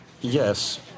Yes